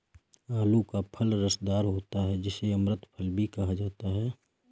आलू का फल रसदार होता है जिसे अमृत फल भी कहा जाता है